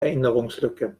erinnerungslücke